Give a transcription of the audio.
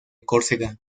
córcega